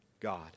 god